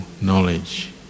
knowledge